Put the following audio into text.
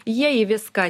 jie į viską